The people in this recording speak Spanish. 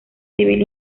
civil